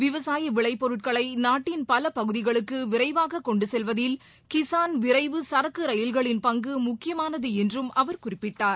விவசாய விளைபொருட்களை நாட்டின் பல பகுதிகளுக்கு விரைவாக கொண்டு செல்வதில் கிசான் விரைவு சரக்கு ரயில்களின் பங்கு முக்கியமானது என்றும் அவர் குறிப்பிட்டார்